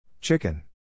Chicken